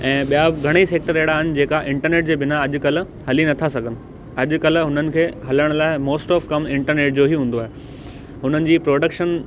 ऐं ॿियां बि घणेई सेक्टर अहिड़ा आहिनि जेका इंटरनेट जे बिना अॼुकल्ह हली नथा सघनि अॼुकल्ह हुननि खे हलण लाइ मॉस्ट ऑफ कमु इंटरनेट जो ई हुंदो आहे हुननि जी प्रॉडक्शन